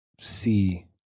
see